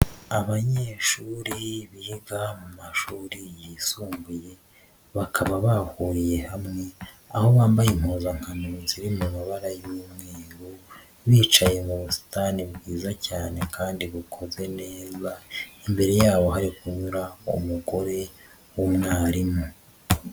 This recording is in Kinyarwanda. Abanyeshuri biga mu mashuri yisumbuye, bakaba bahuriye hamwe, aho bambaye impuzankano ziri mu mabara y'umweru, bicaye mu busitani bwiza cyane kandi bukozwe neza, imbere yabo hari kunyura umugore w'umwarimu.